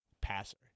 passer